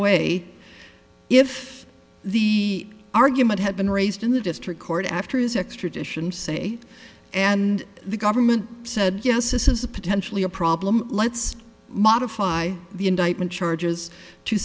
way if the argument had been raised in the district court after his extradition say and the government said yes this is a potentially a problem let's modify the indictment charges to